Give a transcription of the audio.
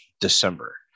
December